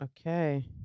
Okay